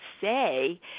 say